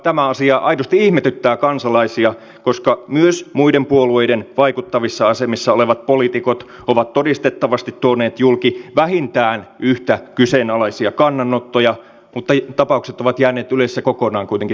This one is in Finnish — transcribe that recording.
tämä asia aidosti ihmetyttää kansalaisia koska myös muiden puolueiden vaikuttavissa asemissa olevat poliitikot ovat todistettavasti tuoneet julki vähintään yhtä kyseenalaisia kannanottoja mutta tapaukset ovat kuitenkin jääneet ylessä kokonaan huomiotta